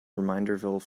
reminderville